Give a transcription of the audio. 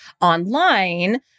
online